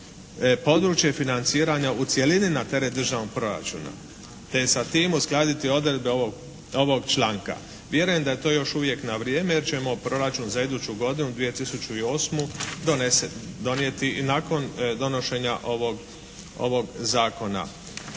područje financiranja u cjelini na teret državnog proračuna te sa tim uskladiti odredbe ovog članka. Vjerujem da je to još uvijek na vrijeme jer ćemo proračun za iduću godinu 2008. donese, donijeti i nakon donošenja ovog, ovog zakona.